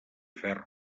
ferro